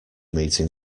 meeting